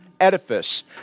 edifice